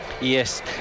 yes